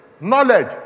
knowledge